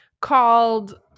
Called